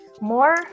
more